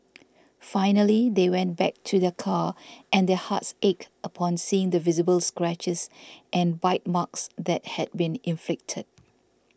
finally they went back to their car and their hearts ached upon seeing the visible scratches and bite marks that had been inflicted